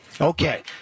Okay